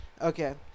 Okay